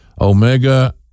Omega